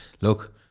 look